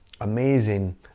amazing